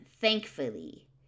Thankfully